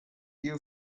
you